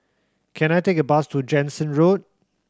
can I take a bus to Jansen Road